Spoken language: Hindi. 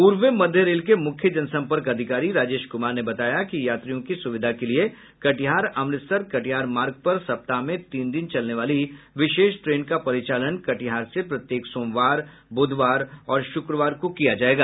पूर्व मध्य रेल के मुख्य जनसंपर्क अधिकारी राजेश कुमार ने बताया कि यात्रियों की सुविधा के लिए कटिहार अमृतसर कटिहार मार्ग पर सप्ताह में तीन दिन चलने वाली विशेष ट्रेन का परिचालन कटिहार से प्रत्येक सोमवार बुधवार और शुक्रवार को किया जाएगा